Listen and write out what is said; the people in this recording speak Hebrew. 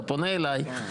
אתה פונה אליי.